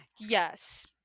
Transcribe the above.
Yes